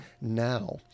now